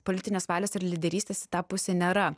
politinės valios ir lyderystės į tą pusę nėra